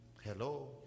Hello